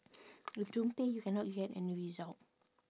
you don't pay you cannot get any result